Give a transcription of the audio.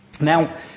Now